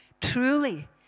truly